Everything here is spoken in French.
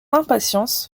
impatience